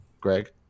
greg